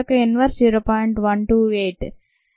8 యొక్క ఇన్వర్స్ 0